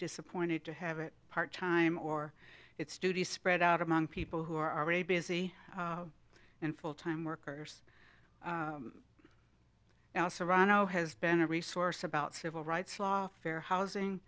disappointed to have it part time or its duties spread out among people who are already busy and full time workers serrano has been a resource about civil rights law fair housing